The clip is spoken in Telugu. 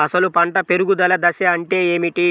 అసలు పంట పెరుగుదల దశ అంటే ఏమిటి?